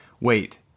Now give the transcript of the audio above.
wait